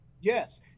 Yes